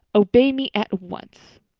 obey me at once.